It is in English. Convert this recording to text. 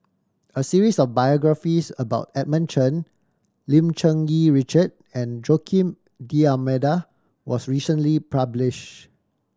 a series of biographies about Edmund Chen Lim Cherng Yih Richard and Joaquim D'Almeida was recently published